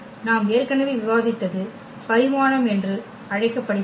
நாம் ஏற்கனவே விவாதித்தது பரிமாணம் என்று அழைக்கப்படுகிறது